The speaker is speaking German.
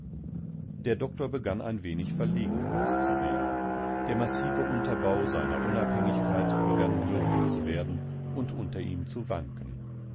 der doktor begann ein wenig verlegen auszusehen der massive unterbau seiner unabhängigkeit begann mürbe zu werden und unter ihm zu wanken